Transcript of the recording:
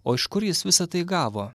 o iš kur jis visa tai gavo